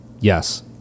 Yes